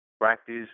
practice